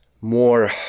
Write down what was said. more